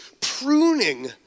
pruning